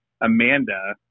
amanda